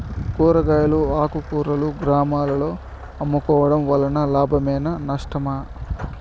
కూరగాయలు ఆకుకూరలు గ్రామాలలో అమ్ముకోవడం వలన లాభమేనా నష్టమా?